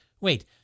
wait